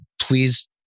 please